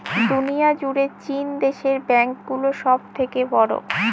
দুনিয়া জুড়ে চীন দেশের ব্যাঙ্ক গুলো সব থেকে বড়ো